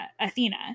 Athena